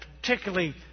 particularly